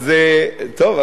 טוב,